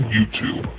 YouTube